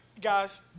Guys